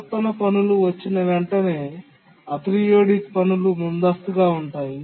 ఆవర్తన పనులు వచ్చిన వెంటనే అపెరియోడిక్ పనులు ముందస్తుగా ఉంటాయి